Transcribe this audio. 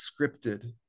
scripted